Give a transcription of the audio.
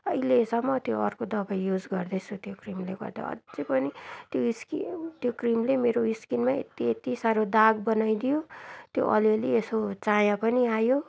अहिलेसम्म त्यो अर्को दबाई युज गर्दै छु त्यो क्रिमले गर्दा अझ पनि त्यो स्किन त्यो क्रिमले मेरो स्किनमा यति यति साह्रो दाग बनाइदियो त्यो अलि अलि यसो चाया पनि आयो